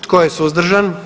Tko je suzdržan?